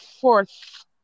fourth